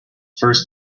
first